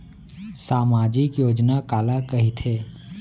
सामाजिक योजना काला कहिथे?